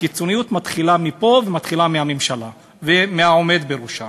הקיצוניות מתחילה מפה ומתחילה מהממשלה ומהעומד בראשה.